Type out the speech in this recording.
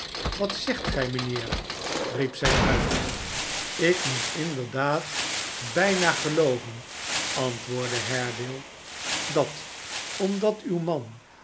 wat zegt gij mijnheer riep zij uit ik moet inderdaad bijna gelooven antwoordde haredale dat omdat uw man